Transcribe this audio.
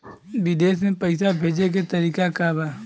विदेश में पैसा भेजे के तरीका का बा?